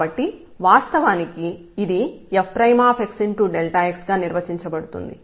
కాబట్టి వాస్తవానికి ఇది f x గా నిర్వచించబడుతుంది